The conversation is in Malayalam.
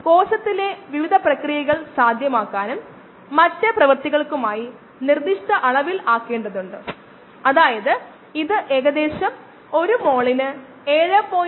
ഈ അളവെടുപ്പിനിടെ ലവണങ്ങൾ സബ്സ്ട്രേറ്റ് എന്നിവയുടെ ഇടപെടലിനെക്കുറിച്ച് നമ്മൾ നോകേണ്ടതുണ്ട് കാരണം നമ്മൾ ഇവിടെ ഒരു സാമ്പിൾ എടുക്കുന്നു എല്ലാം ഡ്രൈ ആകുന്നു